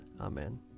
Amen